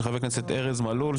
של חה"כ ארז מלול.